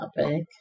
topic